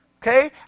Okay